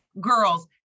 girls